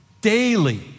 daily